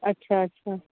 अच्छा अच्छा